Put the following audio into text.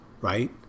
right